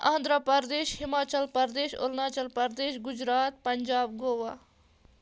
Andhra Pradesh Himachal Pradesh Arunachal Pradesh Gujarat Punjab Goa